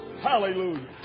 Hallelujah